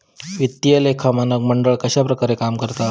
वित्तीय लेखा मानक मंडळ कश्या प्रकारे काम करता?